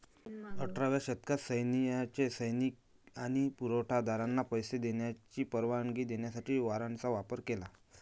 अठराव्या शतकात सैन्याने सैनिक आणि पुरवठा दारांना पैसे देण्याची परवानगी देण्यासाठी वॉरंटचा वापर केला